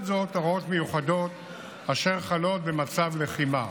זאת הוראות מיוחדות אשר חלות במצב לחימה.